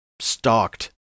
stalked